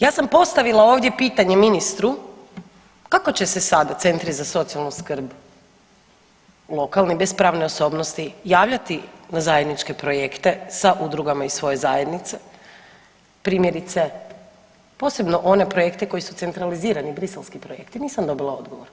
Ja sam postavila ovdje pitanje ministru kako će se sada centri za socijalnu skrb lokalni bez pravne osobnosti javljati na zajedničke projekte sa udrugama iz svoje zajednice, primjerice posebno one projekte koji su centralizirani, briselski projekti, nisam dobila odgovor.